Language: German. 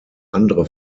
andere